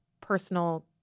personal